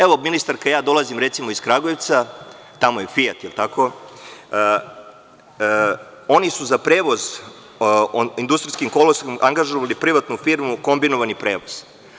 Evo, ministarka, ja dolazim, recimo, iz Kragujevca, tamo je „Fijat“, jel tako, oni su za prevoz industrijskim kolosekom angažovali privatnu firmu „Kombinovani prevoz“